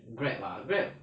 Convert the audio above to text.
grab ah grab